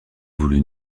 voulut